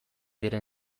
diren